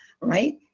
Right